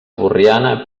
borriana